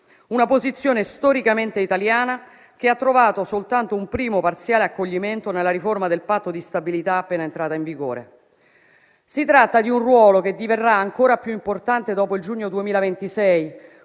una posizione storicamente italiana, che ha trovato soltanto un primo parziale accoglimento nella riforma del Patto di stabilità appena entrata in vigore. Si tratta di un ruolo che diverrà ancora più importante dopo il giugno 2026,